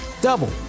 double